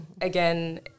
again